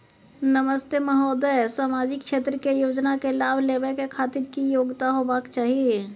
नमस्ते महोदय, सामाजिक क्षेत्र के योजना के लाभ लेबै के खातिर की योग्यता होबाक चाही?